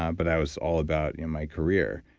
ah but i was all about you know my career,